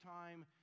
time